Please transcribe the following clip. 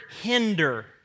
hinder